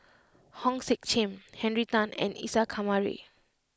Hong Sek Chern Henry Tan and Isa Kamari